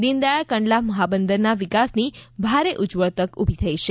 દીનદયાળ કંડલા મહાબંદરના વિકાસની ભારે ઉજ્જવળ તક ઉભી થઇ છે